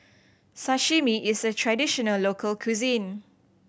sashimi is a traditional local cuisine